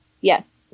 Yes